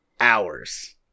hours